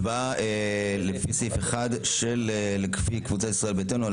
הצבעה לפני סעיף 1 של קבוצת ישראל ביתנו.